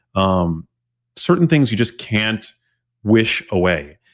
um certain things you just can't wish away.